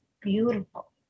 beautiful